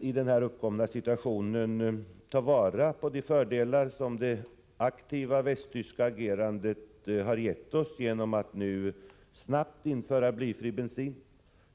I den uppkomna situationen kan vi ta vara på de fördelar som det aktiva västtyska agerandet har gett oss genom att snabbt införa blyfri bensin,